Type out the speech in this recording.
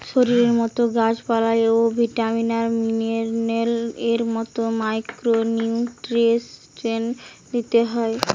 শরীরের মতো গাছ পালায় ও ভিটামিন আর মিনারেলস এর মতো মাইক্রো নিউট্রিয়েন্টস দিতে হয়